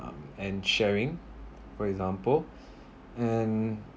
um and sharing for example and